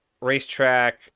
racetrack